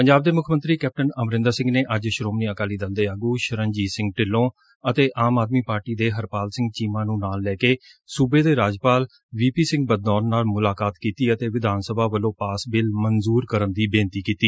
ਪੰਜਾਬ ਦੇ ਮੁੱਖ ਮੰਤਰੀ ਕੈਪਟਨ ਅਮਰਿੰਦਰ ਸਿੰਘ ਨੇ ਅੱਜ ਸ੍ਰੋਮਣੀ ਅਕਾਲੀ ਦਲ ਦੇ ਆਗੁ ਸ਼ਰਨਜੀਤ ਸਿੰਘ ਢਿੱਲੋਂ ਅਤੇ ਆਮ ਆਦਮੀ ਪਾਰਟੀ ਦੇ ਹਰਪਾਲ ਸਿੰਘ ਚੀਮਾ ਨੂੰ ਨਾਲ ਲੈ ਕੇ ਸੂਬੇ ਦੇ ਰਾਜਪਾਲ ਵੀ ਪੀ ਸਿੰਘ ਬਦਨੌਰ ਨਾਲ ਮੁਲਾਕਾਤ ਕੀਤੀ ਅਤੇ ਵਿਧਾਨ ਸਭਾ ਵੱਲੋਂ ਪਾਸ ਬਿੱਲ ਮਨਜੁਰ ਕਰਨ ਦੀ ਬੇਨਤੀ ਕੀਤੀ